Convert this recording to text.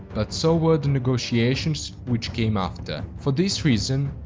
but so were the negotiations which came after. for this reason,